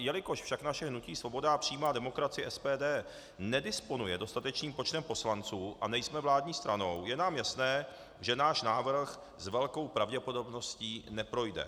Jelikož však naše hnutí Svoboda a přímá demokracie SPD nedisponuje dostatečným počtem poslanců a nejsme vládní stranou, je nám jasné, že náš návrh s velkou pravděpodobností neprojde.